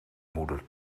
moeder